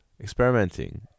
experimenting